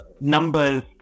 numbers